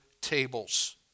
tables